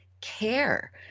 care